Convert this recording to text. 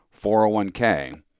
401k